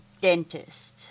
Dentist